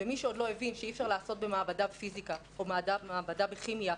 מי שעוד לא הבין שאי-אפשר לעשות בזום מעבדה בפיסיקה או מעבדה בכימיה,